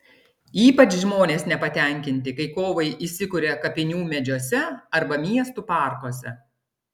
ypač žmonės nepatenkinti kai kovai įsikuria kapinių medžiuose arba miestų parkuose